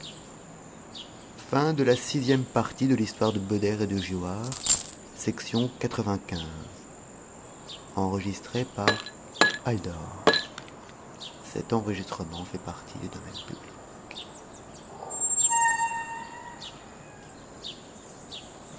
de l'intérêt de l'un et de